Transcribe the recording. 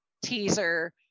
teaser